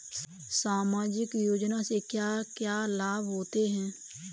सामाजिक योजना से क्या क्या लाभ होते हैं?